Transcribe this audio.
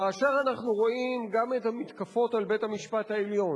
כאשר אנחנו רואים גם את המתקפות על בית-המשפט העליון,